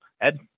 Ed